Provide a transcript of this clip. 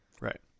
Right